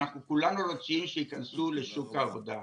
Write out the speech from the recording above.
אנחנו כולנו רוצים שייכנסו לשוק העבודה,